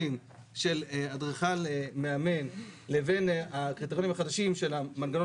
של אדריכל מאמן לבין הקריטריונים החדשים של המנגנון